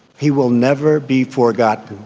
he will never be forgotten.